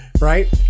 right